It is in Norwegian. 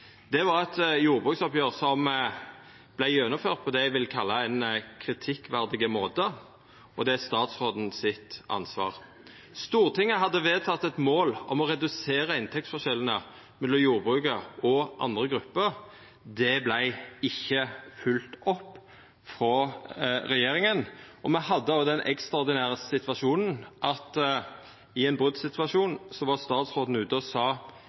Det var eit jordbruksoppgjer som vart gjennomført på det eg vil kalla ein kritikkverdig måte, og det er statsråden sitt ansvar. Stortinget hadde vedteke eit mål om å redusera inntektsforskjellane mellom jordbruket og andre grupper. Det vart ikkje følgt opp frå regjeringa, og me hadde òg den ekstraordinære situasjonen at i ein brotsituasjon var statsråden ute og sa